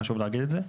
חשוב להגיד את זה.